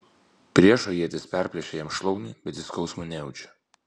priešo ietis perplėšia jam šlaunį bet jis skausmo nejaučia